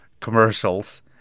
commercials